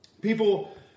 People